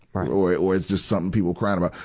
or or it, or it's just something people crying about,